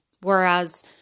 whereas